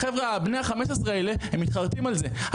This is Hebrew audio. החבר'ה בני ה-15 האלה הם מתחרטים על זה,